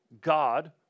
God